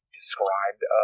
described